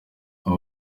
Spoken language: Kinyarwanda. aha